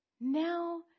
now